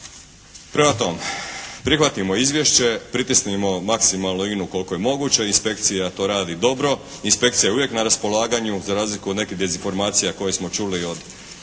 Prema tome, prihvatimo izvješće, pritisnimo maksimalno INA-u koliko je moguće, inspekcija to radi dobro, inspekcija je uvijek na raspolaganju za razliku od nekih dezinformacija koje smo čuli od